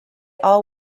all